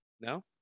No